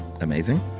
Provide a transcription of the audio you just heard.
Amazing